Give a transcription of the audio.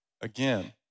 again